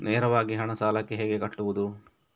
ನೇರವಾಗಿ ಹಣ ಸಾಲಕ್ಕೆ ಹೇಗೆ ಕಟ್ಟುವುದು?